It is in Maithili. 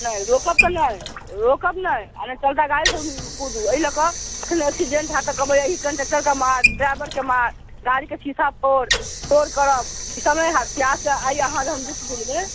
नहि रोकब तऽ नहि रोकब नै आओर ने चलता गाड़ीसँ कुदू अइ लऽ कऽ एखने एक्सीडेन्ट हेतै तऽ कहबै अहिं कण्डक्टरके मार ड्राइवरके मार गाड़ीके शीशा फोड़ शोर करब ई सभ नहि हैत कि आइ अहाँ जहन दुख बुझबै